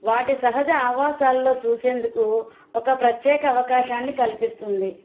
వాటి సహజ ఆవాసాల్లో చూసేందుకు ఒక ప్రత్యేక అవకాశాన్ని కల్పిస్తుంది